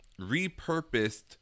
repurposed